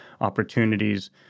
opportunities